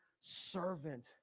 servant